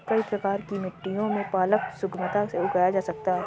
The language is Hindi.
कई प्रकार की मिट्टियों में पालक सुगमता से उगाया जा सकता है